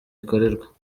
ikorerwa